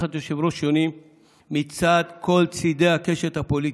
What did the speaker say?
תחת יושבי-ראש שונים מכל קצווי הקשת הפוליטית,